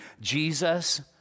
Jesus